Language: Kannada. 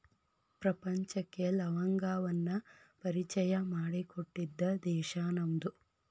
ಪ್ರಪಂಚಕ್ಕೆ ಲವಂಗವನ್ನಾ ಪರಿಚಯಾ ಮಾಡಿಕೊಟ್ಟಿದ್ದ ದೇಶಾ ನಮ್ದು